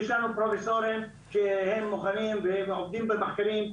יש לנו פרופסורים שהם מוכנים והם עובדים במחקרים,